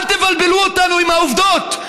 אל תבלבלו אותנו עם העובדות.